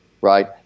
right